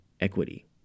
equity